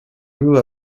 grew